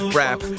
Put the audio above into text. rap